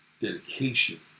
dedication